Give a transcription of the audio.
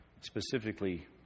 specifically